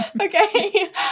Okay